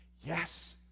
Yes